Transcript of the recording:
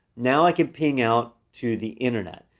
now i can ping out to the internet.